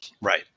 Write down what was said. Right